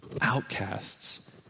outcasts